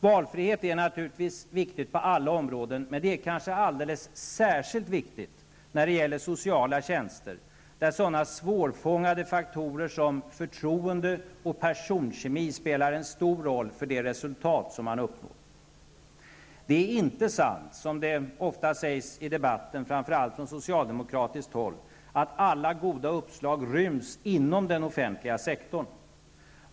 Valfrihet är naturligtvis viktigt på alla områden, men det är kanske alldeles särskilt viktigt när det gäller sociala tjänster, där sådana svårfångade faktorer som förtroende och personkemi spelar en stor roll för det resultat som man uppnår. Det är inte sant, som det ofta sägs i debatten, framför allt från socialdemokratiskt håll, att alla goda uppslag ryms inom den offentliga sektorn.